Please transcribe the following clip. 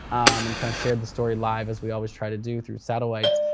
and kind of shared this story live as we always try to do through satellites.